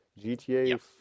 GTA